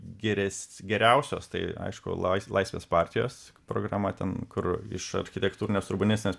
girias geriausios tai aišku lais laisvės partijos programa ten kur iš architektūrinės urbanistinės